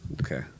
Okay